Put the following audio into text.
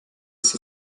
ist